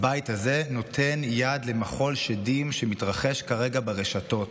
הבית הזה נותן יד למחול שדים שמתרחש כרגע ברשתות.